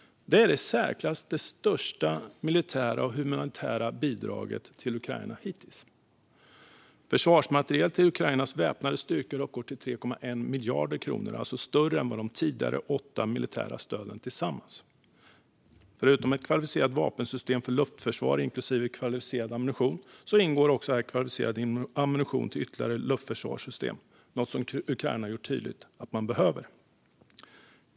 Det är det i särklass största militära och humanitära bidraget till Ukraina hittills. Stödet till försvarsmateriel till Ukrainas väpnade styrkor uppgår till 3,1 miljarder kronor och är alltså större än de tidigare åtta militära stöden tillsammans. Förutom ett kvalificerat vapensystem för luftförsvar inklusive kvalificerad ammunition ingår också kvalificerad ammunition till ytterligare luftförsvarssystem, något som Ukraina har gjort tydligt att man behöver.